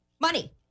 Money